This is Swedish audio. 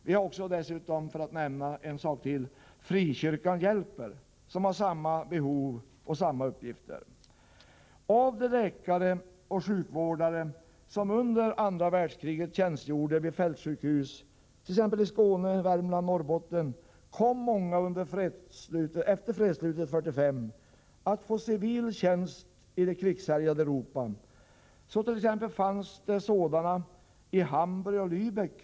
Vi har dessutom Frikyrkan hjälper, som har samma behov och samma uppgifter. Av de läkare och sjukvårdare som under andra världskriget tjänstgjorde vid fältsjukhus, i t.ex. Skåne, Värmland och Norrbotten kom många efter fredsslutet 1945 att få civil tjänst i det krigshärjade Europa. Det fanns sådan personal exempelvis i Hamburg och Lubeck.